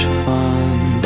fun